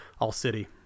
All-City